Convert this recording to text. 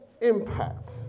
impact